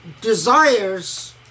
desires